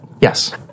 Yes